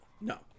No